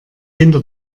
hinter